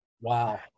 Wow